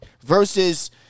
versus